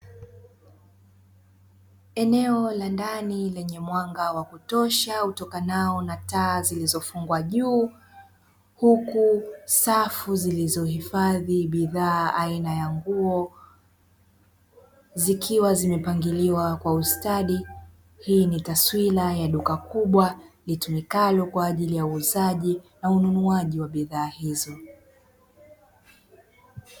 Eneo la ndani lenye mwanga wa kutosha utokanao na taa zilizofungwa kwa juu, huku safu zilizohifadhi bidhaa aina ya nguo zikiwa zimepangiliwa kwa ustadi. Hii ni taswira ya duka kubwa litumikalo kwa ajili ya uuzaji na ununuaji wa bidhaa hizo.